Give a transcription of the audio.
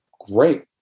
great